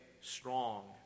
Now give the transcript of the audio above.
strong